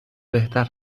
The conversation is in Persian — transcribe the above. بهتر